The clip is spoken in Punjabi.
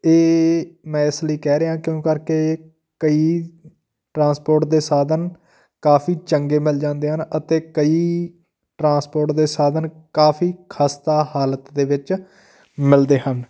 ਇਹ ਮੈਂ ਇਸ ਲਈ ਕਹਿ ਰਿਹਾ ਕਿਉਂ ਕਰਕੇ ਕਈ ਟਰਾਂਸਪੋਰਟ ਦੇ ਸਾਧਨ ਕਾਫੀ ਚੰਗੇ ਮਿਲ ਜਾਂਦੇ ਹਨ ਅਤੇ ਕਈ ਟਰਾਂਸਪੋਰਟ ਦੇ ਸਾਧਨ ਕਾਫੀ ਖਸਤਾ ਹਾਲਤ ਦੇ ਵਿੱਚ ਮਿਲਦੇ ਹਨ